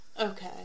okay